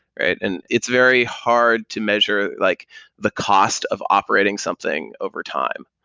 and it's very hard to measure like the cost of operating something overtime.